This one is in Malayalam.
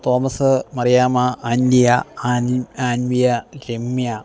Thomas Mariyama Anliya Ann Anviya Ramya